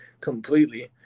completely